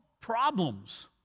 problems